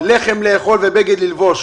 לחם לאכול ובגד ללבוד.